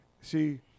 see